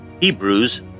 Hebrews